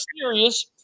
serious